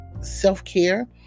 self-care